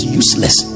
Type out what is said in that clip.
useless